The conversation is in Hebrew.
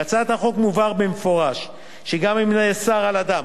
בהצעת החוק מובהר במפורש שגם אם נאסר על אדם